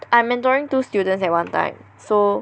I mentoring two students at one time so